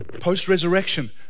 post-resurrection